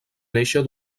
néixer